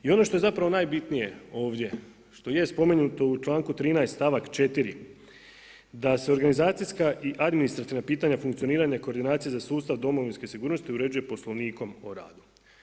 I ono što je zapravo najbitnije ovdje, što jest spomenuto u članku 13. stavak 4. da se organizacijska i administrativan pitanja funkcioniranja koordinacije za sustav domovinske sigurnosti uređuje Poslovnikom o radu.